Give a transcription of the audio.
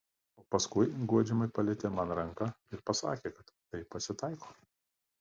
o paskui guodžiamai palietė man ranką ir pasakė kad taip pasitaiko